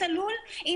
(הישיבה נפסקה בשעה 13:40 ונתחדשה בשעה 13:47.) סדרנים,